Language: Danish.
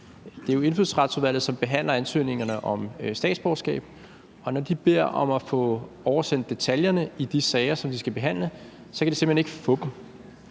Det er jo Indfødsretsudvalget, som behandler ansøgningerne om statsborgerskab, og når de beder om at få oversendt detaljerne i de sager, som de skal behandle, så kan de simpelt hen ikke få dem.